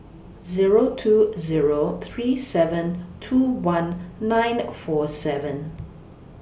Zero two Zero three seven two one nine four seven